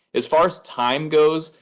as far as time goes,